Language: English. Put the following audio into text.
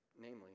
namely